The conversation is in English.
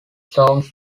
songs